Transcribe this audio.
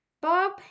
Bob